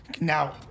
now